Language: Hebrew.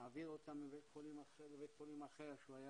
להעביר אותם מבית חולים לבית חולים אחר שהוא היה